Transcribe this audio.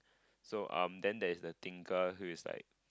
so um then there's the thinker who is like